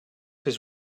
his